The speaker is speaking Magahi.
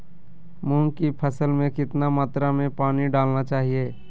मूंग की फसल में कितना मात्रा में पानी डालना चाहिए?